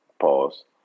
pause